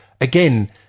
again